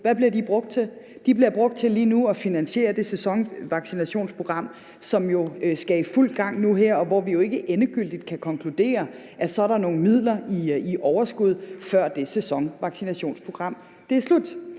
Hvad bliver de brugt til? De bliver lige nu brugt til at finansiere det sæsonvaccinationsprogram, som skal i fuld gang nu her, og hvor vi jo ikke endegyldigt kan konkludere, at der er nogle midler i overskud, før det sæsonvaccinationsprogram er slut.